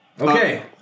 Okay